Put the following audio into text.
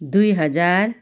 दुई हजार